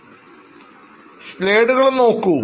സ്ലൈഡുകൾ നോക്കൂ